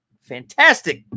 fantastic